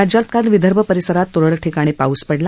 राज्यात काल विदर्भ परिसरात तुरळक ठिकाणी पाऊस पडला